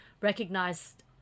recognized